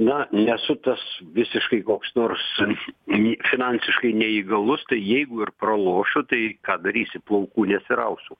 na nesu tas visiškai koks nors ne finansiškai neįgalus tai jeigu ir pralošiu tai ką darysi plaukų nesirausiu